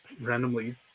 randomly